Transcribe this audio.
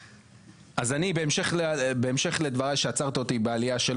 בהמשך לדבריי שעצרת אותי בעלייה,